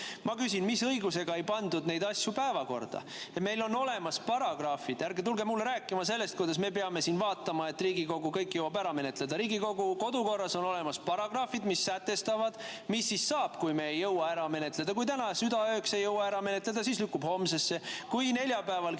Ma küsin, mis õigusega ei pandud neid asju päevakorda. Meil on olemas paragrahvid. Ärge tulge mulle rääkima sellest, kuidas me peame siin vaatama, et Riigikogu kõik jõuab ära menetleda. Riigikogu kodukorraseaduses on olemas paragrahvid, mis sätestavad, mis siis saab, kui me ei jõua ära menetleda. Kui täna südaööks ei jõua ära menetleda, siis lükkub homsesse. Kui neljapäeval